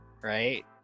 Right